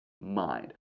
mind